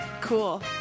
cool